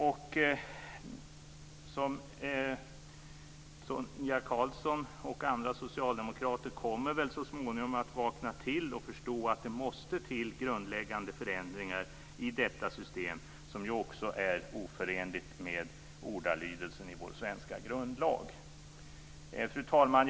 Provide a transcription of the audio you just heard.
Sonia Karlsson och andra socialdemokrater kommer väl så småningom att vakna till och förstå att det måste till grundläggande förändringar i detta system som ju också är oförenligt med ordalydelsen i vår svenska grundlag. Fru talman!